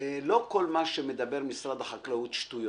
לא כל מה שמדבר משרד החקלאות זה שטויות.